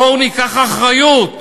בואו ניקח אחריות,